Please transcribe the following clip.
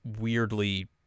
weirdly